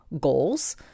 goals